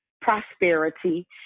prosperity